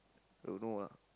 don't know lah